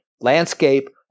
landscape